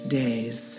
days